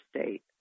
state